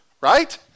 right